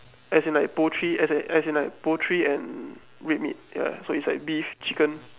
as in like poultry as in as in like poultry and red meat ya so is like beef chicken